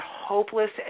hopeless